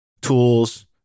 tools